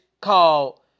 called